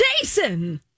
Jason